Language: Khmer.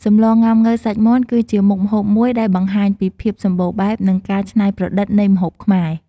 សម្លងុាំង៉ូវសាច់មាន់គឺជាម្ហូបមួយមុខដែលបង្ហាញពីភាពសម្បូរបែប និងការច្នៃប្រឌិតនៃម្ហូបខ្មែរ។